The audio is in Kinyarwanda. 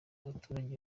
abaturage